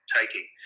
taking